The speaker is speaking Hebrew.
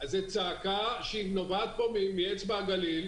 זו צעקה שהיא נובעת מאצבע הגליל,